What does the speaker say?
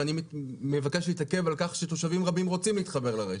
ואני מבקש להתעכב על כך שתושבים רבים רוצים להתחבר לרשת.